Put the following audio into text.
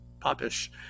popish